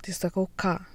tai sakau ką